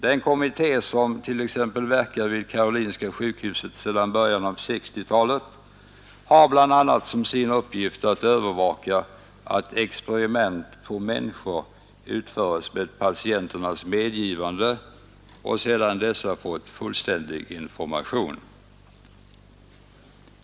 Den kommitté som t.ex. verkar vid Karolinska sjukhuset sedan början av 1960-talet har bl.a. som sin uppgift att övervaka att experiment på människor utföres med patienternas medgivande och sedan dessa fått fullständig information.